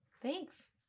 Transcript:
Thanks